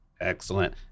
Excellent